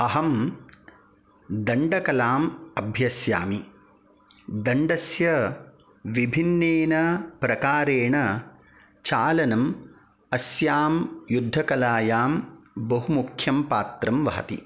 अहं दण्डकलाम् अभ्यस्यामि दण्डस्य विभिन्नेन प्रकारेण चालनम् अस्यां युद्धकलायां बहु मुख्यं पात्रं वहति